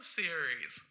series